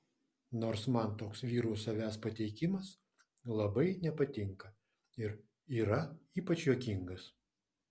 nors man toks vyrų savęs pateikimas labai nepatinka ir yra ypač juokingas